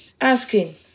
asking